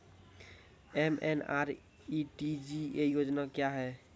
MNREGA योजना क्या हैं?